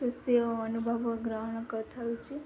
ଖୁସି ଓ ଅନୁଭବ ଗ୍ରହଣ କରିଥାଉଛି